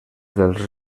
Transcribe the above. dels